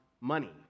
money